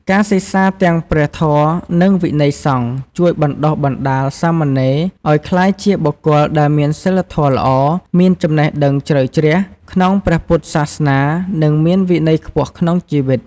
ការសិក្សាទាំងព្រះធម៌ និងវិន័យសង្ឃ ជួយបណ្តុះបណ្តាលសាមណេរឱ្យក្លាយជាបុគ្គលដែលមានសីលធម៌ល្អ មានចំណេះដឹងជ្រៅជ្រះក្នុងព្រះពុទ្ធសាសនា និងមានវិន័យខ្ពស់ក្នុងជីវិត។